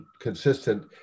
consistent